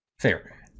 Fair